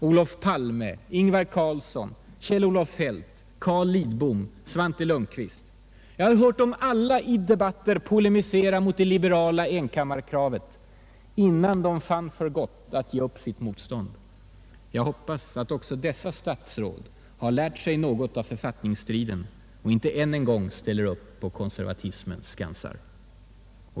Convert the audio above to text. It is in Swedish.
Olof Palme, Ingvar Carlsson, Kjell-Olof Feldt, Carl Lidbom, Svante Lundkvist — jag har hört dem alla i debatter polemisera mot det liberala enkammarkravet, innan de fann för gott att ge upp sitt motstånd. Jag hoppas att också dessa statsråd lärt sig något av författningsstriden och inte än en gång ställer upp på konservatismens skansar.